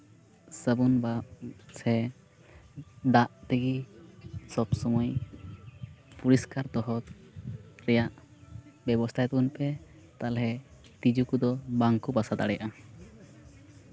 ᱥᱟᱹᱵᱩᱱ ᱵᱟ ᱥᱮ ᱫᱟᱜ ᱛᱮᱜᱮ ᱥᱚᱵ ᱥᱚᱢᱚᱭ ᱯᱚᱨᱤᱥᱠᱟᱨ ᱫᱚᱦᱚ ᱨᱮᱭᱟᱜ ᱵᱮᱵᱚᱥᱛᱷᱟᱭ ᱛᱟᱵᱳᱱᱯᱮ ᱛᱟᱦᱞᱮ ᱛᱤᱡᱩ ᱠᱚᱫᱚ ᱵᱟᱝ ᱠᱚ ᱵᱟᱥᱟ ᱫᱟᱲᱮᱭᱟᱜᱼᱟ